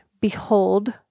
Behold